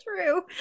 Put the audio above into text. true